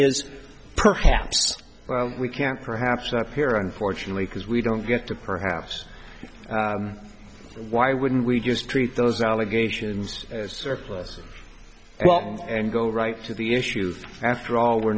is perhaps we can't perhaps that here unfortunately because we don't get to perhaps why wouldn't we just treat those allegations surplus and go right to the issues after all we're